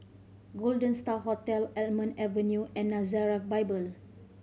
Golden Star Hotel Almond Avenue and Nazareth Bible